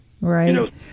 right